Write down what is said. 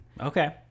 Okay